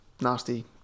nasty